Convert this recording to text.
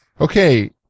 Okay